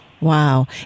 Wow